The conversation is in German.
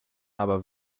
aber